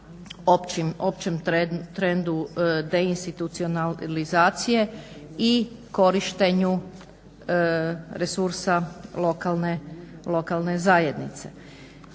općem trendu deinstitulizacije i korištenju resursa lokalne zajednice.